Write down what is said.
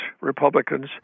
Republicans